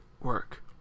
work